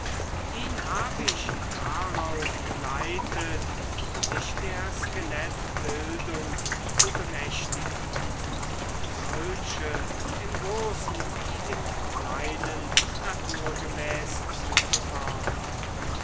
ihn hab ich darauf geleitet sich der skelettbildung zu bemächtigen und solche im großen wie im kleinen naturgemäß zu befördern